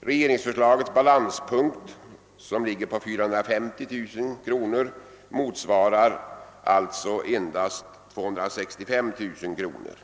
Regeringsförslagets balanspunkt som ligger på 450 000 kr. motsvarar alltså endast 265 000 kr.